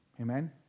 Amen